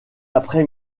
après